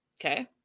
Okay